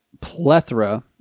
plethora